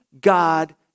God